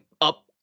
up